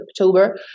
October